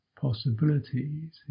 Possibilities